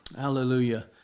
Hallelujah